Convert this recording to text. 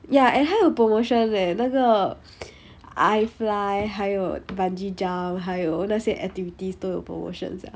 ya and 还有 promotion leh 那个 I fly 还有 bungee jump 还有那些 activities 都有 promotions sia